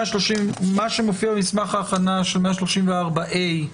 מה שמופיע במסמך ההכנה, 134ה,